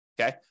Okay